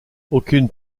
aucune